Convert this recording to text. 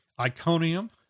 Iconium